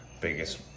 biggest